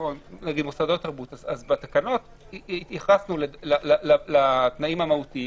אז בתקנות התייחסנו לתנאים המהותיים,